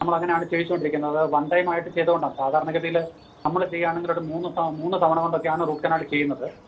നമ്മൾ അങ്ങനെയാണ് ചെയ്യിച്ചോണ്ടിരിക്കുന്നത് അത് വൺ ടൈമായിട്ട് ചെയ്തുകൊണ്ടാണ് സാധാരണ ഗതിയിൽ നമ്മൾ ചെയ്യുകയാണെങ്കിൽ ഒരു മൂന്ന് മൂന്ന് തവണ കൊണ്ടൊക്കെയാണ് റൂട്ട് കനാല് ചെയ്യുന്നത്